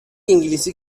انگلیسی